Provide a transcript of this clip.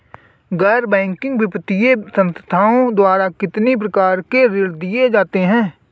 गैर बैंकिंग वित्तीय संस्थाओं द्वारा कितनी प्रकार के ऋण दिए जाते हैं?